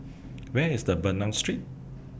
Where IS The Bernam Street